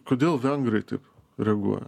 kodėl vengrai taip reaguoja